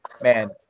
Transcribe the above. man